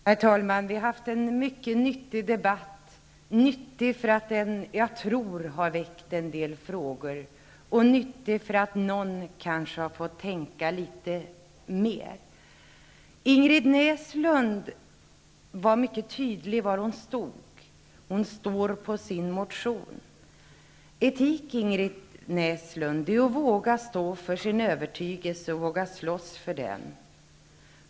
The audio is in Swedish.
Herr talman! Vi har haft en mycket nyttig debatt. Nyttig därför att den, tror jag, har väckt en del frågor och nyttig för att någon kanske har fått tänka litet mer. Ingrid Näslund var mycket tydlig över var hon står. Hon står på sin motion. Etik, Ingrid Näslund, är att våga stå för sin övertygelse och slåss för den.